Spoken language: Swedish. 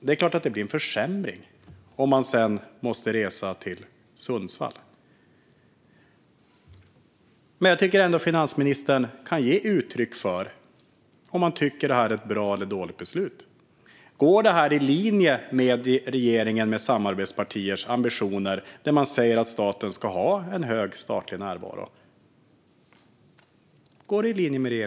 Det är klart att det blir en försämring om man sedan måste resa till Sundsvall. Jag tycker ändå att finansministern kan ge uttryck för om hon tycker att detta är ett bra eller dåligt beslut. Går det i linje med regeringens och dess samarbetspartiers ambitioner att staten ska ha en hög närvaro?